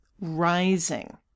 rising